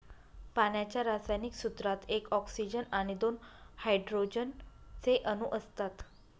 पाण्याच्या रासायनिक सूत्रात एक ऑक्सीजन आणि दोन हायड्रोजन चे अणु असतात